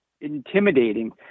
intimidating